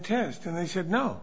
test and they should know